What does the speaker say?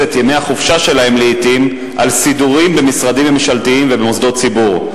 את ימי החופשה שלהם על סידורים במשרדים ממשלתיים ובמוסדות ציבור.